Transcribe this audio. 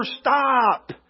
stop